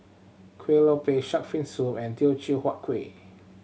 Kueh Lopes Shark's Fin Soup and Teochew Huat Kuih